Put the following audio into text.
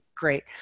Great